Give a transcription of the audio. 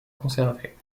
conservés